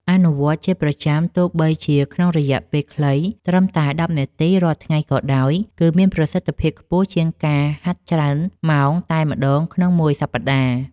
អនុវត្តជាប្រចាំទោះបីជាក្នុងរយៈពេលខ្លីត្រឹមតែដប់ប្រាំនាទីរាល់ថ្ងៃក៏ដោយ គឺមានប្រសិទ្ធភាពខ្ពស់ជាងការហាត់ច្រើនម៉ោងតែម្តងក្នុងមួយសប្តាហ៍។